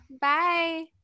Bye